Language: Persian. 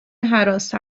حراست